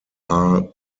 are